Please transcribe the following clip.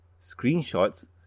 screenshots